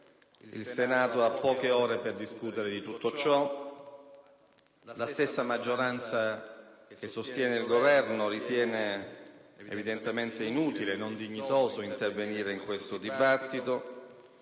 ore a disposizione per discutere di tutto ciò. La stessa maggioranza che sostiene il Governo ritiene inutile e non dignitoso intervenire in questo dibattito.